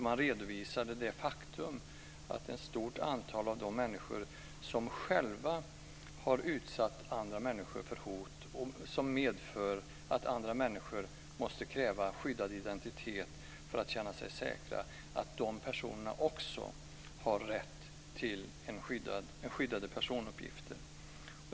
Man redovisade det faktum att ett stort antal av de människor som själva har utsatt andra människor för hot som medför att andra människor måste kräva skyddad identitet för att känna sig säkra också har rätt till skyddade personuppgifter.